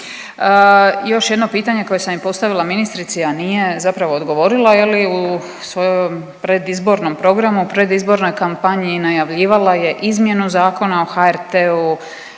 Još jedno pitanje koje sam i postavila ministrici, a nije zapravo odgovorila je li, u svom predizbornom programu, u predizbornoj kampanji najavljivala je izmjenu Zakona o HRT-u,